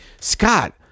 Scott